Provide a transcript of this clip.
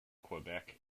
quebec